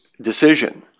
decision